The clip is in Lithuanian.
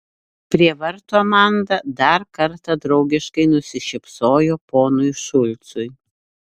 prie vartų amanda dar kartą draugiškai nusišypsojo ponui šulcui